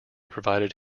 provided